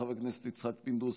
חבר הכנסת יצחק פינדרוס,